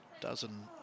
dozen